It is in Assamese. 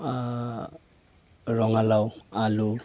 ৰঙালাও আলু